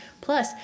plus